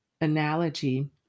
analogy